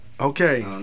Okay